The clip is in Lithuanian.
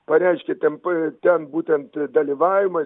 pareiškė temp ten būtent dalyvavimą